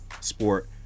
sport